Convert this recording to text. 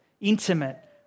intimate